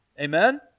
Amen